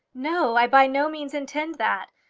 no i by no means intend that.